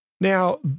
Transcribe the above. Now